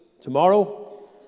tomorrow